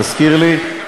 תזכיר לי,